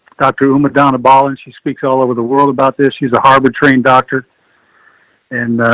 dr. ramadan, a ball, and she speaks all over the world about this. she's a harvard trained doctor and, ah,